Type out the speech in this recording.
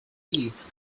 leeds